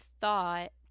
thought